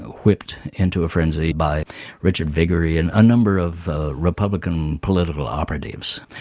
whipped into a frenzy by richard viguerie and a number of republican political operatives.